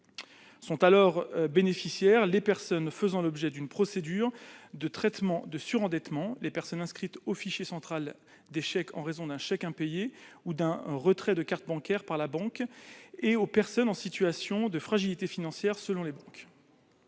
En sont bénéficiaires les personnes faisant l'objet d'une procédure de traitement de surendettement, les personnes inscrites au fichier central des chèques en raison d'un chèque impayé ou d'un retrait de carte bancaire par la banque et les personnes en situation de fragilité financière selon les banques.